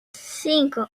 cinco